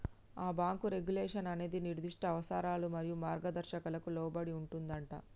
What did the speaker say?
ఆ bank regulation అనేది నిర్దిష్ట అవసరాలు మరియు మార్గదర్శకాలకు లోబడి ఉంటుందంటా